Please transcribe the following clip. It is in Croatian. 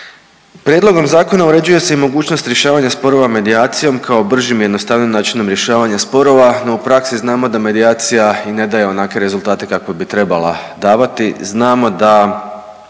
Prijedlogom zakona uređuje se i mogućnost rješavanja sporova medijacijom kao bržim i jednostavnijim načinom rješavanja sporova, no u praksi znamo da medijacija i ne daje onakve rezultate kakve bi trebala davati. Znamo da